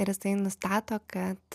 ir jisai nustato kad